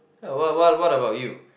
ya what what what about you